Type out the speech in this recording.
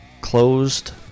Closed